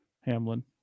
Hamlin